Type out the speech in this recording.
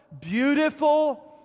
beautiful